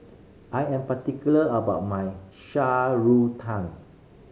I am particular about my shan tang